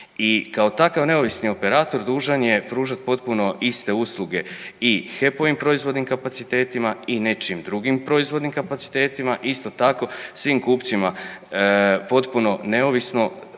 I kao takav neovisni operator dužan je pružat potpuno iste usluge i HEP-ovim proizvodnim kapacitetima i nečijim drugim proizvodnim kapacitetima. Isto tako svim kupcima potpuno neovisno